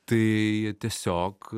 tai tiesiog